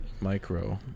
micro